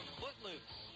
footloose